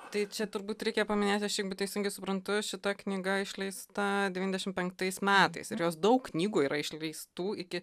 tai čia turbūt reikia paminėti aš jeigu teisingai suprantu šita knyga išleista devyniasdešimt penktais metais ir jos daug knygų yra išleistų iki